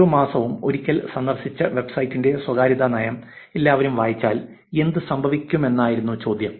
ഓരോ മാസവും ഒരിക്കൽ സന്ദർശിച്ച വെബ്സൈറ്റിന്റെ സ്വകാര്യതാ നയം എല്ലാവരും വായിച്ചാൽ എന്ത് സംഭവിക്കുമെന്നായിരുന്നു ചോദ്യം